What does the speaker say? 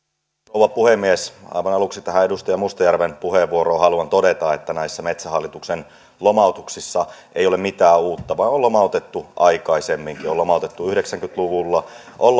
rouva puhemies aivan aluksi tähän edustaja mustajärven puheenvuoroon haluan todeta että näissä metsähallituksen lomautuksissa ei ole mitään uutta vaan on lomautettu aikaisemminkin on lomautettu yhdeksänkymmentä luvulla on